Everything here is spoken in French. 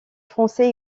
français